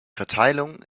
verteilung